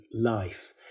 life